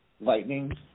lightning